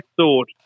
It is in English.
thought